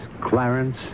Clarence